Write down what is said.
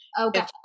okay